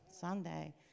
Sunday